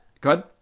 good